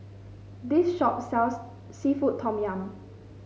this shop sells seafood Tom Yum